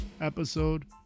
episode